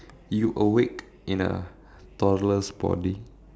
you awake in a toddler's body